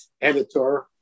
editor